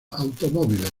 automóviles